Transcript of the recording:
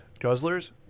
Guzzlers